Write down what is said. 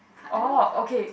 orh okay